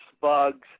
bugs